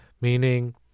meaning